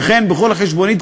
וכן בכל חשבונית,